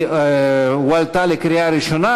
היא הועלתה לקריאה ראשונה,